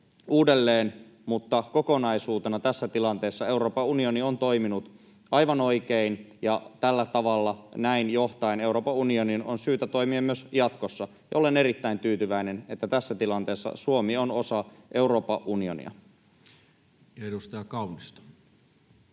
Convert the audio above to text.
uudelleen, mutta kokonaisuutena tässä tilanteessa Euroopan unioni on toiminut aivan oikein, ja tällä tavalla, näin johtaen, Euroopan unionin on syytä toimia myös jatkossa. Ja olen erittäin tyytyväinen, että tässä tilanteessa Suomi on osa Euroopan unionia. [Speech 338]